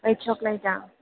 white ചോക്ലേറ്റാ